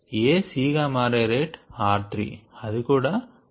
A C గా మారె rate r3 అది కూడా బాటకు వస్తుంది